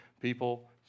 people